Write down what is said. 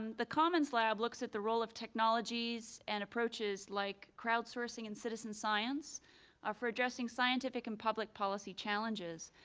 the commons lab looks at the role of technologies and approaches like crowd sourcing and citizen science ah for addressing scientific and public policy challenges.